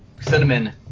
cinnamon